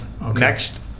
next